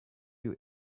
you